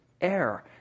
air